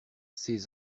ces